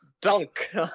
dunk